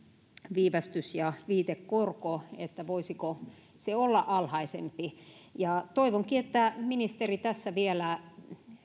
viivästys ja viitekorko mutta voisiko se olla alhaisempi toivonkin että ministeri tässä vielä